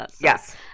Yes